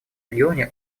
регионе